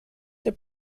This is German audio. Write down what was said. der